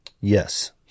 Yes